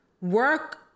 work